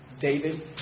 David